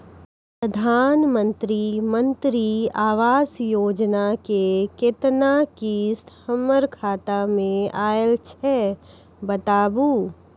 प्रधानमंत्री मंत्री आवास योजना के केतना किस्त हमर खाता मे आयल छै बताबू?